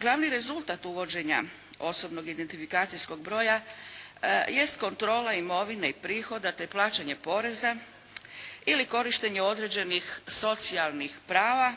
Glavni rezultat uvođenja osobnog identifikacijskog broja jest kontrola imovine i prihoda, te plaćanje poreza ili korištenje određenih socijalnih prava,